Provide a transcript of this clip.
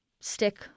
stick-